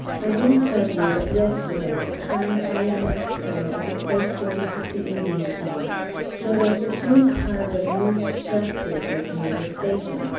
i didn't tell you that yesterday a kind i m s. colonel at the place where we took the indians on showed us a huge pile of used shell cases near the station,